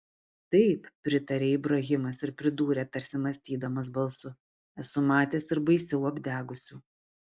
taip pritarė ibrahimas ir pridūrė tarsi mąstydamas balsu esu matęs ir baisiau apdegusių